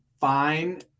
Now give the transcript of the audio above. fine